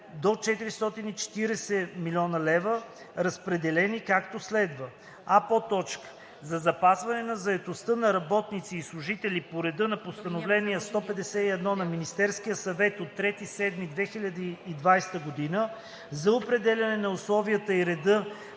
000,0 хил. лв., разпределени, както следва: а) за запазване на заетостта на работници и служители по реда на Постановление № 151 на Министерския съвет от 03.07.2020 г. за определяне на условията и реда